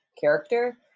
character